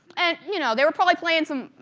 and you know, they were probably playing some,